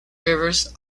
rivers